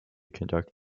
conduct